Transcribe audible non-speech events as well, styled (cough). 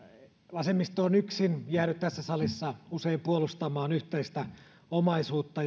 vasemmisto on usein yksin jäänyt tässä salissa puolustamaan yhteistä omaisuutta (unintelligible)